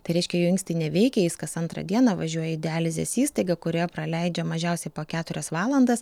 tai reiškia jo inkstai neveikia jis kas antrą dieną važiuoja į dializės įstaigą kurioje praleidžia mažiausiai po keturias valandas